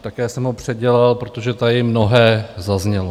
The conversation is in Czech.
Také jsem ho předělal, protože tady mnohé zaznělo.